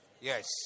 Yes